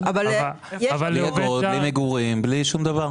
בלי אגרות, בלי מגורים, בלי שום דבר.